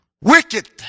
Wicked